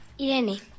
Irene